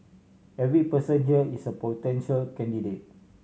every person here is a potential candidate